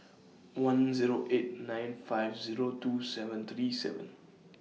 one Zero eight nine five Zero two seven three seven